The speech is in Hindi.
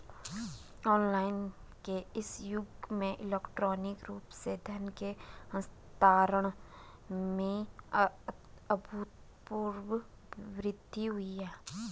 ऑनलाइन के इस युग में इलेक्ट्रॉनिक रूप से धन के हस्तांतरण में अभूतपूर्व वृद्धि हुई है